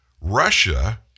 Russia